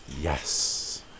Yes